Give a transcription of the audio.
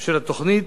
של התוכנית,